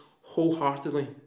wholeheartedly